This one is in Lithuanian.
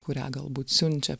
kurią galbūt siunčia